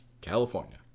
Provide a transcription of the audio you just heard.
california